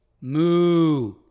Moo